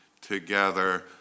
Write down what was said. together